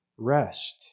Rest